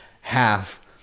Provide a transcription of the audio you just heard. half